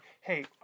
hey